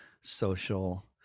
social